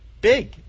big